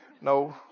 No